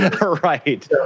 Right